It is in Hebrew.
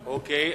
וביטחון.